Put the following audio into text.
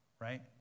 Right